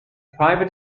private